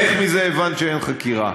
איך מזה הבנת שאין חקירה?